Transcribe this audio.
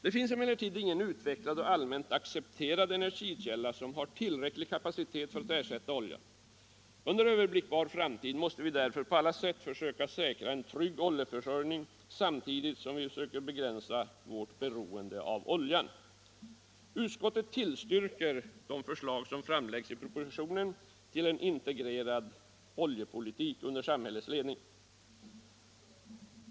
Det finns emellertid ingen utvecklad och allmänt accepterad energikälla som har tillräcklig kapacitet att ersätta oljan. Under överblickbar framtid måste vi för på alla sätt försöka säkra en trygg oljeförsörjning samtidigt som vi försöker begränsa vårt beroende av olja. Utskottet tillstyrker de förslag som framläggs i propositionen till en integrerad oljepolitik under samhällets ledning.